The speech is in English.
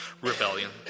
rebellion